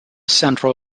central